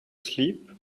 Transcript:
sleep